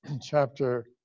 chapter